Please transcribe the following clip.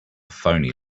phoney